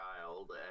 child